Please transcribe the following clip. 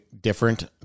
different